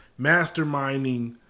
masterminding